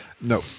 No